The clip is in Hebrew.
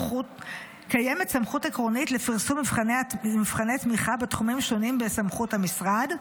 קיימת סמכות עקרונית לפרסום מבחני תמיכה בתחומים שונים בסמכות המשרד,